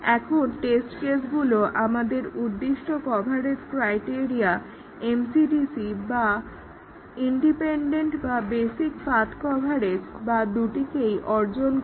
এখন টেস্ট কেসগুলো আমাদের উদ্দিষ্ট কভারেজ ক্রাইটেরিয়া MCDC বা ইন্ডিপেন্ডেন্ট বা বেসিক পাথ্ কভারেজ বা দুটিকেই অর্জন করে